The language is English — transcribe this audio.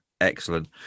Excellent